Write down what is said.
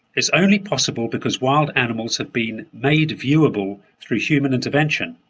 is only possible because wild animals have been made viewable through human intervention.